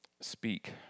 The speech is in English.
Speak